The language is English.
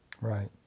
Right